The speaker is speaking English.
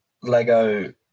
Lego